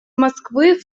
москвы